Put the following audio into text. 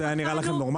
זה היה נראה לכם נורמלי?